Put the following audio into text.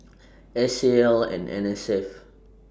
S A L and N S F